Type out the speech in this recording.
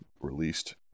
released